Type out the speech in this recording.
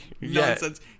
nonsense